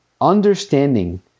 Understanding